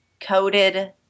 coated